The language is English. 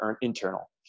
internal